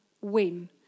win